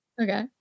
Okay